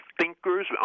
thinkers